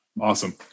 Awesome